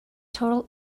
total